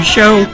Show